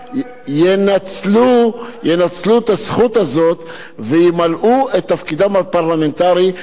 ינצלו את הזכות הזאת וימלאו את תפקידם הפרלמנטרי,